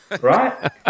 right